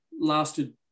lasted